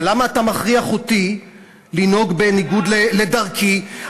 אבל למה אתה מכריח אותי לנהוג בניגוד לדרכי?